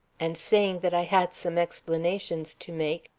and, saying that i had some explanations to make,